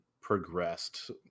progressed